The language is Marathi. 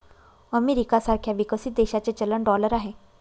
अमेरिका सारख्या विकसित देशाचे चलन डॉलर आहे